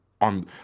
on